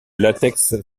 latex